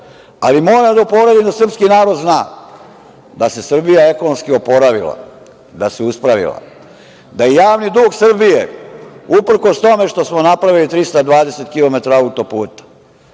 ali moram da uporedim, da srpski narod zna, da se Srbija ekonomski oporavila, da se uspravila, da javni dug Srbije, uprkos tome što smo napravili 320 kilometara